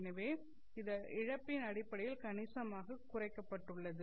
எனவே இது இழப்பின்அடிப்படையில் கணிசமாகக் குறைக்கப்பட்டுள்ளது